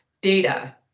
Data